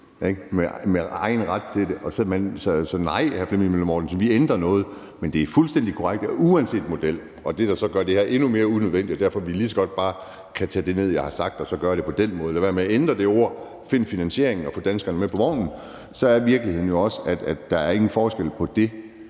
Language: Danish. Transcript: hr. Flemming Møller Mortensen, vi ændrer noget. Men det er fuldstændig korrekt, at uanset modellen er der ingen forskel. Og det er så det, der gør det her endnu mere unødvendigt, og derfor, at vi lige så godt bare kan tage det ned, som jeg har sagt, og gøre det på den måde og lade være med at ændre det ord og finde finansieringen og få danskerne med på vognen. Virkeligheden er, at der ingen forskel er på det,